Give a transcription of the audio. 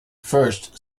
first